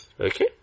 Okay